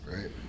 Right